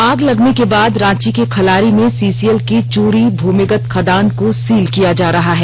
आग लगने के बाद रांची के खलारी में सीसीएल की चूरी भूमिगत खदान को सील किया जा रहा है